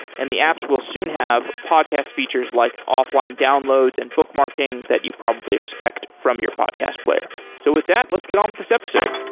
and the apps will soon have podcast features like offline downloads and bookmarking that you probably expect from your podcast player so with that, let's get on with this episode